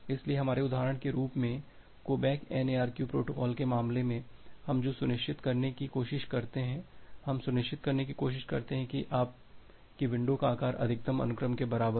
इसलिए हमारे उदाहरण के रूप में go back N ARQ protocol के मामले में हम जो सुनिश्चित करने की कोशिश करते हैं हम यह सुनिश्चित करने की कोशिश करते हैं कि आपकी विंडो का आकार अधिकतम अनुक्रम के बराबर हो